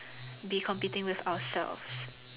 be competing with ourselves